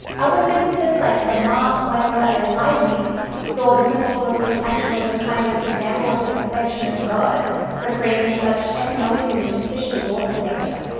other physicists like fermat, euler and leibniz saw the principle of least action as a kind of example of the perfection of god for creating such economic and efficient laws of nature.